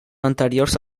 anteriors